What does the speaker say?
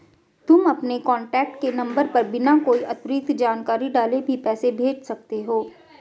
तुम अपने कॉन्टैक्ट के नंबर पर बिना कोई अतिरिक्त जानकारी डाले भी पैसे भेज सकते हो